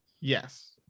yes